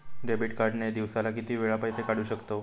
Debit card ने दिवसाला किती वेळा पैसे काढू शकतव?